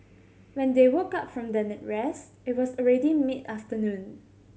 when they woke up from their rest it was already mid afternoon